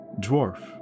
dwarf